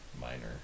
minor